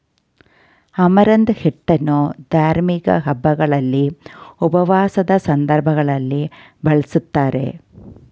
amaranth ಹಿಟ್ಟನ್ನು ಧಾರ್ಮಿಕ ಹಬ್ಬಗಳಲ್ಲಿ, ಉಪವಾಸದ ಸಂದರ್ಭಗಳಲ್ಲಿ ಬಳ್ಸತ್ತರೆ